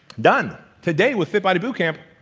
done! today, with fit body boot camp,